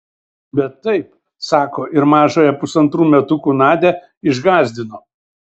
bet taip sako ir mažąją pusantrų metukų nadią išgąsdino